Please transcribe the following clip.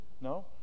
no